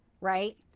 right